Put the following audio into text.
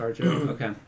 Okay